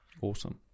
Awesome